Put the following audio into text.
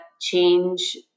change